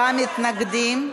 עשרה מתנגדים,